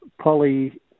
Polly